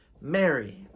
mary